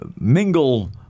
mingle